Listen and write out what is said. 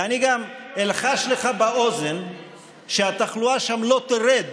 ואני גם אלחש לך באוזן שהתחלואה שם לא תרד